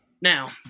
Now